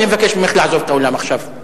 אני מבקש ממך לעזוב את האולם עכשיו.